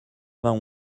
vingt